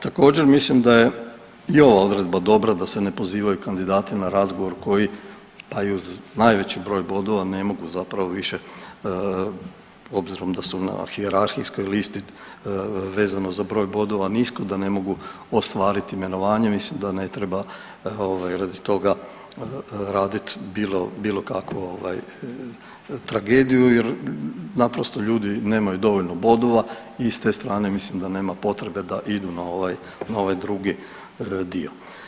Također, mislim da je i ova odredba dobra, da se ne pozivaju kandidati na razgovor koji pa i uz najveći broj bodova ne mogu zapravo više obzirom da su na hijerarhijskoj listi vezano za broj bodova nisko da ne mogu ostvariti imenovanje, mislim da ne treba radi toga radit bilo kakvu tragediju jer naprosto ljudi nemaju dovoljno bodova i s te strane mislim da nema potrebe da idu na ovaj drugi dio.